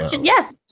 Yes